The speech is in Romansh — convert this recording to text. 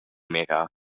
mirar